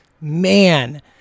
man